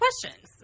questions